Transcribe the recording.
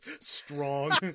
strong